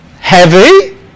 heavy